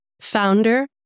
founder